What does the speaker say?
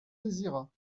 désirat